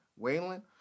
Waylon